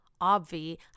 obvi